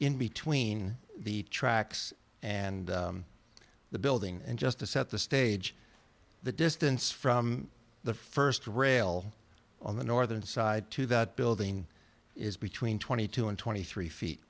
in between the tracks and the building and just to set the stage the distance from the st rail on the northern side to that building is between twenty two and twenty three feet